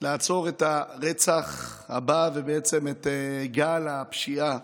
לעצור את הרצח הבא ובעצם את גל הפשיעה,